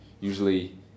usually